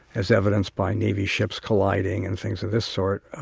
as evidenced by navy ships colliding and things of this sort.